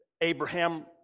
Abraham